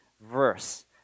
verse